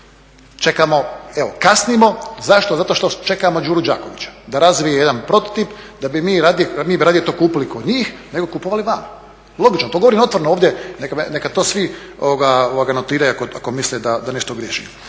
čekamo, evo, kasnimo, zašto? Zato što čekamo Đuru Đakovića da razvije jedan protutip da bi mi radije to kupili kod njih nego kupovali vani. Logično, to govorim otvoreno ovdje, neka to svi notiraju ako misle da nešto griješim.